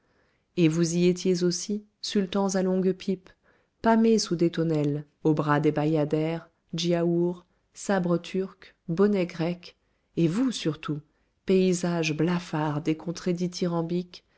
et vous y étiez aussi sultans à longues pipes pâmés sous des tonnelles aux bras des bayadères djiaours sabres turcs bonnets grecs et vous surtout paysages blafards des